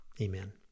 amen